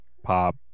pop